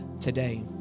today